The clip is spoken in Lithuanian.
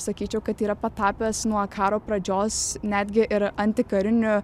sakyčiau kad yra patapęs nuo karo pradžios netgi ir antikariniu